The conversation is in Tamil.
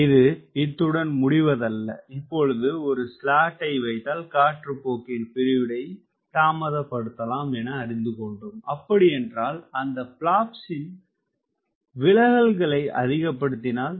இது இத்துடன் முடிவதல்ல இப்பொழுது ஒரு ஸ்லாட் வைத்தால் காற்றுப்போக்கின் பிரிவினைத் தாமதமாக்கலாம் என அறிந்துகொண்டோம் அப்படியென்றால் அந்த பிளாப்ஸின் விலகல்களை அதிகப்படுத்தினால்